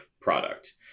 product